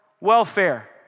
welfare